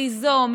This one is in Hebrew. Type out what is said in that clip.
ליזום,